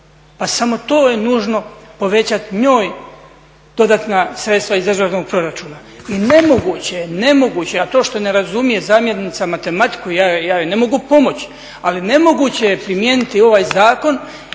Pa samo to je nužno povećati njoj dodatna sredstva iz državnog proračuna. I nemoguće je, nemoguće je, to što ne razumije zamjenica matematiku ja joj ne mogu pomoći, ali nemoguće je primijeniti ovaj zakon